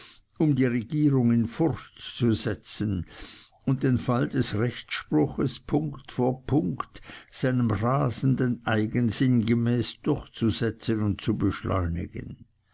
um die regierung in furcht zu setzen und den fall des rechtsspruchs punkt vor punkt seinem rasenden eigensinn gemäß durchzusetzen und zu beschleunigen